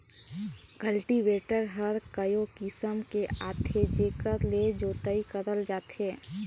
cultivator हर कयो किसम के आथे जेकर ले जोतई करल जाथे